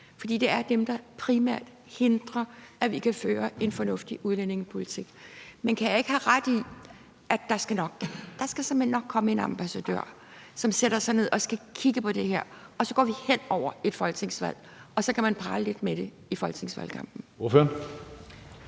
fordi det er dem, der primært hindrer, at vi kan føre en fornuftig udlændingepolitik. Men kan jeg ikke have ret i, at der såmænd nok skal komme en ambassadør, som sætter sig ned og skal kigge på det her? Så går vi hen over et folketingsvalg, og så kan man prale lidt med det i folketingsvalgkampen.